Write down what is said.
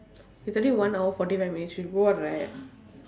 it's already one hour forty five minutes we should go out right